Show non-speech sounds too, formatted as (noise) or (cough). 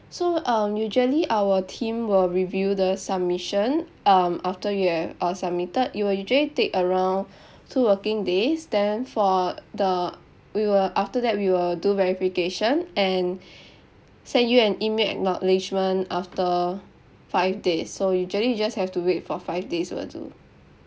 so um usually our team will review the submission um after you ha~ uh submitted it will usually take around (breath) two working days then for the we will after that we will do verification and send you an email acknowledgement after five days so usually you just have to wait for five days will do